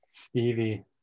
Stevie